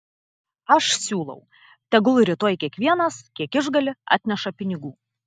aš siūlau tegul rytoj kiekvienas kiek išgali atneša pinigų